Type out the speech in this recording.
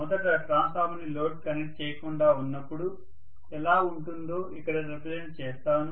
మొదట ట్రాన్స్ఫార్మర్ ని లోడ్ కి కనెక్ట్ చేయకుండా ఉన్నపుడు ఎలా ఉంటుందో ఇక్కడ రెప్రజంట్ చేస్తాను